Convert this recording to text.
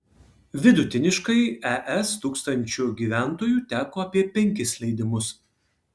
vidutiniškai es tūkstančiu gyventojų teko apie penkis leidimus